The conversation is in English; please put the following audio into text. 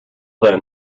then